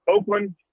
Oakland